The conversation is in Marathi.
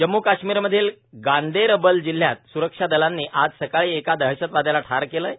जम्मू काश्मीरमधील गांदेरबल जिल्ह्यात स्रक्षा दलांनी आज सकाळी एका दहशतवाद्याला ठार केलं आहे